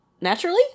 naturally